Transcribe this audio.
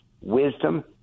wisdom